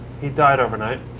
he died overnight.